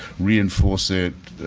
reinforce it,